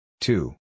Two